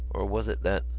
or was it that?